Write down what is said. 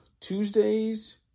Tuesdays